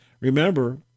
remember